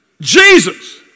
Jesus